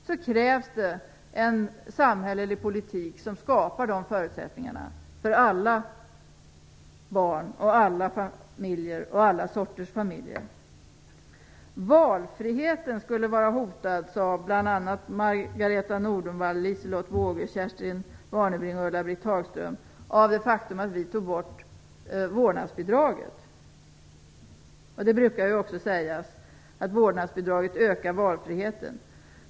Då krävs det en samhällelig politik som skapar dessa förutsättningar för alla barn, alla familjer och alla sorters familjer. Valfriheten skulle vara hotad sade bl.a. Margareta E Nordenvall, Liselotte Wågö, Kerstin Warnerbring och Ulla-Britt Hagström av det faktum att vi tog bort vårdnadsbidraget. Det brukar ju också sägas att vårdnadsbidraget ökar valfriheten.